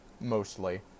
Mostly